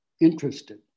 interested